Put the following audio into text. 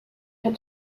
had